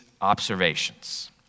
observations